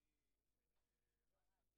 זה לא כל כך